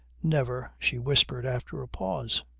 never, she whispered after a pause.